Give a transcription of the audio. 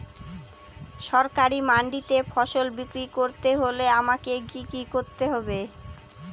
সরকারি মান্ডিতে ফসল বিক্রি করতে হলে আমাকে কি কি করতে হবে?